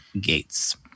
gates